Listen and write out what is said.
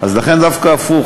לכן דווקא הפוך,